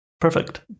Perfect